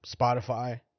Spotify